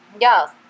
Yes